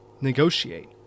negotiate